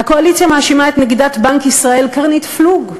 הקואליציה מאשימה את נגידת בנק ישראל קרנית פלוג.